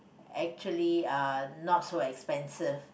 actually uh not so expensive